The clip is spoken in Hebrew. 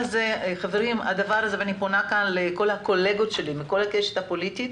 אני פונה כאן לכל הקולגות שלי מכל הקשת הפוליטית,